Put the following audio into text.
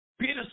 Peter